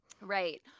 Right